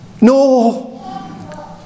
No